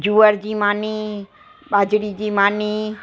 जुअर जी मानी ॿाजरी जी मानी